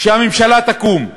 שהממשלה תקום.